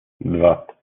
два